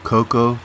Coco